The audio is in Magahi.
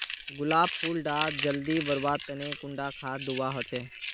गुलाब फुल डा जल्दी बढ़वा तने कुंडा खाद दूवा होछै?